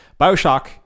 bioshock